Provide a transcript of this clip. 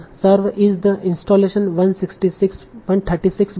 'serve as the' installation 136 bar